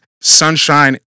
sunshine